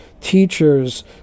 teachers